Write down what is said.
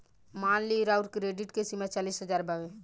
मान ली राउर क्रेडीट के सीमा चालीस हज़ार बावे